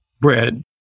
bread